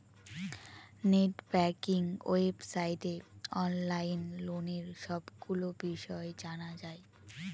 net banking ওয়েবসাইটে online লোনের সবগুলো বিষয় জানা যায়